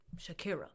Shakira